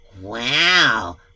Wow